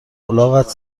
الاغت